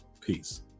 peace